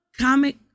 comic